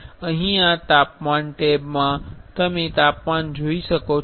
અહીં આ તાપમાન ટેબ માં તમે તાપમાન જોઈ શકો છો